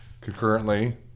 concurrently